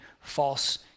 false